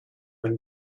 than